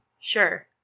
Sure